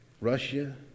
Russia